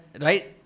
right